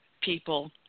people